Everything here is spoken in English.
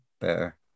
better